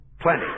Plenty